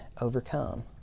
overcome